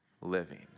living